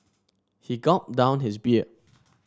he gulped down his beer